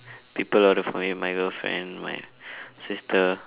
people are following my girlfriend my sister